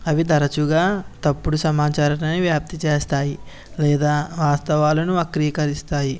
అవి తరచుగా తప్పుడు సమాచారామే వ్యాప్తి చేస్తాయి లేదా వాస్తవాలను వక్రీకరిస్తాయి